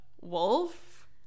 wolf